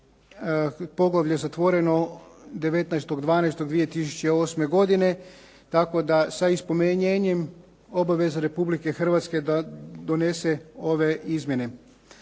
Poglavlje je zatvoreno 19.12.2008. godine tako da sa ispunjenjem obaveza Republike Hrvatske da donese ove izmjene.